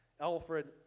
Alfred